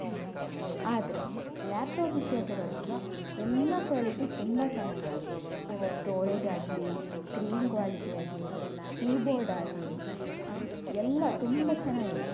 ಆದರೆ ಲ್ಯಾಪ್ಟಾಪ್ ವಿಷಯಕ್ಕೆ ಬರುವಾಗ ಎಲ್ಲಾ ಕ್ವಾಲಿಟೀಸ್ ತುಂಬಾ ಚೆನ್ನಾಗಿದೆ ಅದರ ಸ್ಟೋರೇಜ್ ಆಗಲಿ ಸ್ಕ್ರೀನ್ ಕ್ವಾಲಿಟಿ ಆಗಲಿ ಕೀಬೋರ್ಡ್ ಆಗಲಿ ಅ ಎಲ್ಲ ತುಂಬ ಚೆನ್ನಾಗಿದೆ